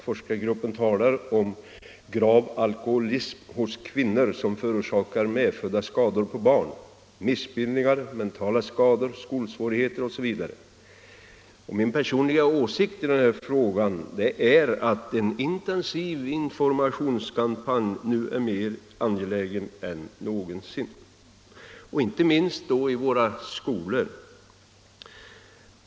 Forskargruppen talar om grav alkoholism hos kvinnor som orsak till medfödda skador hos barn såsom missbildningar och mentala skador, skolsvårigheter osv. Min personliga åsikt i denna fråga är att en intensiv informationskampanj nu är mer angelägen än någonsin, inte minst i våra skolor.